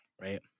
right